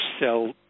sell